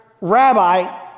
rabbi